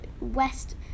west